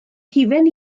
hufen